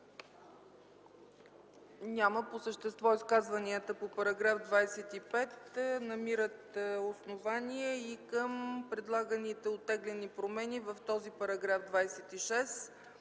Няма. По същество изказванията по § 25 намират основание и към предлаганите оттеглени промени в този § 26